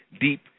deep